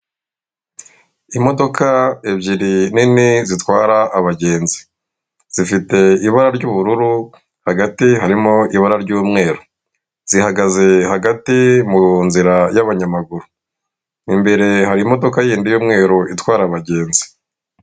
Imodoka ebyiri nini zitwara abagenzi, zifite ibara ry'ubururu hagati harimo ibara ry'umweru, zihagaze hagati mu nzira y'abanyamaguru. Imbere hari imodoka y'indi y'umweru itwara abagenzi.